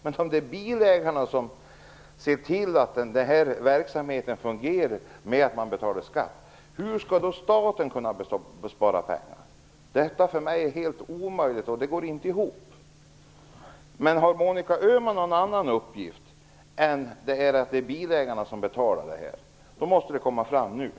Men om det är bilägarna som ser till att den här verksamheten fungerar, genom att de betalar skatt, hur skall då staten kunna spara pengar? Detta är för mig helt omöjligt att förstå - det går inte ihop. Om Monica Öhman har någon annan uppgift än att det är bilägarna som betalar måste hon ta fram den nu.